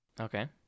Okay